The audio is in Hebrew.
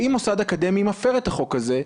ואם מוסד אקדמי מפר את החוק הזה,